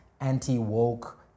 anti-woke